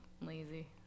Lazy